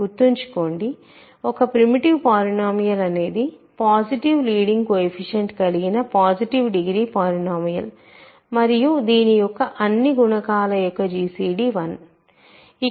గుర్తుంచుకోండి ఒక primitive polynomial అనేది పాసిటివ్ లీడింగ్ కోయెఫిషియంట్ కలిగిన పాసిటివ్ డిగ్రీ పాలినోమియల్ మరియు దీని యొక్క అన్నీ గుణకాల యొక్క జిసిడి 1